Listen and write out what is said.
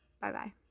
Bye-bye